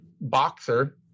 boxer